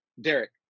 Derek